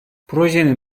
projenin